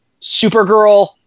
supergirl